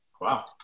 Wow